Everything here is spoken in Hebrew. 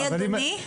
מי אדוני?